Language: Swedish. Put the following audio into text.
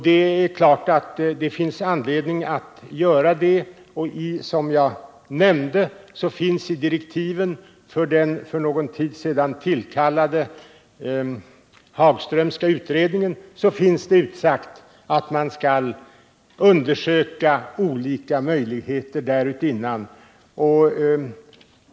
Det är klart att det finns anledning att göra det, och som jag nämnde finns i direktiven till den för någon tid sedan tillkallade Hagströmska utredningen utsagt att man skall undersöka olika möjligheter därutinnan.